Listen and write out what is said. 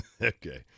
Okay